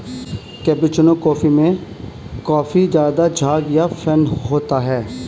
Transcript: cappuccino coffee में काफी ज़्यादा झाग या फेन होता है